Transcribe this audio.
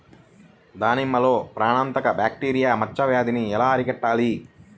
దానిమ్మలో ప్రాణాంతక బ్యాక్టీరియా మచ్చ వ్యాధినీ ఎలా అరికట్టాలి?